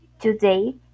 Today